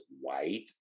white